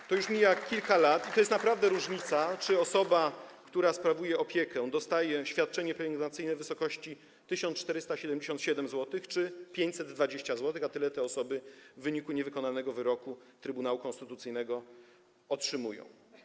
Minęło już kilka lat i to jest naprawdę różnica, czy osoba, która sprawuje opiekę, dostaje świadczenie pielęgnacyjne w wysokości 1477 zł czy 520 zł, a tyle te osoby w wyniku niewykonania wyroku Trybunału Konstytucyjnego otrzymują.